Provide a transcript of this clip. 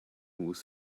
moves